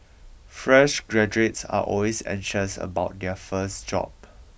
fresh graduates are always anxious about their first job